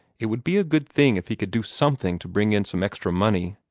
it would be a good thing if he could do something to bring in some extra money.